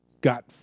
got